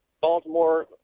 Baltimore